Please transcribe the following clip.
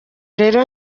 rero